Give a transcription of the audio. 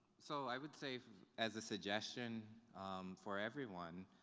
so i would say as a suggestion for everyone,